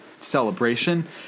celebration